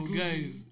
guys